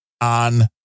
on